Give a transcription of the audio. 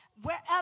wherever